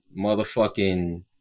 motherfucking